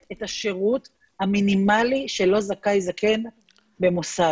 את השרות המינימלי שלו זכאי זקן במוסד.